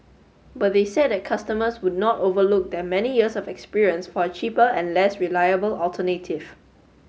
but they said that customers would not overlook their many years of experience for a cheaper and less reliable alternative